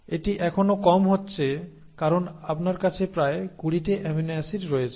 এটি এখনও কম হচ্ছে কারণ আপনার কাছে প্রায় 20 টি অ্যামিনো অ্যাসিড রয়েছে